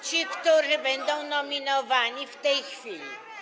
Ci, którzy będą nominowani w tej chwili.